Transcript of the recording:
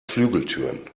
flügeltüren